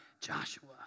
Joshua